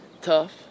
tough